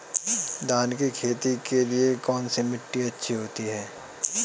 धान की खेती के लिए कौनसी मिट्टी अच्छी होती है?